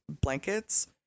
blankets